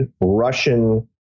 Russian